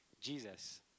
Jesus